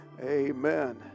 Amen